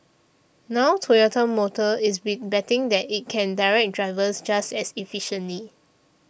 now Toyota Motor is big betting that it can direct drivers just as efficiently